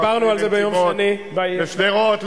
דיברתי על זה ביום שני --- לא כלכלי לשדרות,